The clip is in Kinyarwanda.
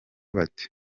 bate